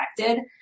affected